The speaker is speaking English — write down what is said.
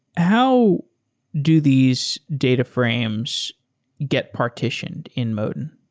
how do these data frames get partition in modin?